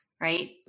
right